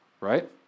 right